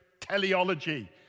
teleology